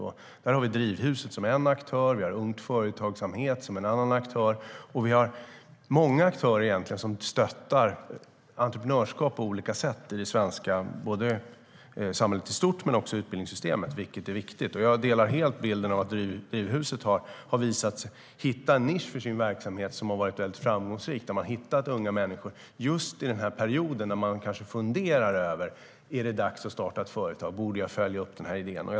Här är Drivhuset en aktör och Ung Företagsamhet en annan. Vi har många aktörer som stöttar entreprenörskap på olika sätt, både i samhället i stort och i utbildningssystemet. Det är viktigt. Jag delar helt bilden att Drivhuset har hittat en nisch för sin verksamhet som har varit framgångsrik. Man har hittat unga människor i just den perioden när de funderar över om det är dags att starta företag och följa upp sina idéer.